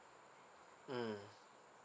mm